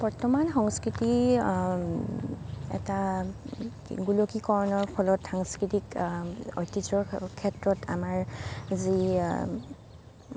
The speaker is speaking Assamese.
বৰ্তমান সংস্কৃতি এটা গোলকীকৰণৰ ফলত সাংস্কৃতিক ঐতিহ্যৰ ক্ষেত্ৰত আমাৰ যি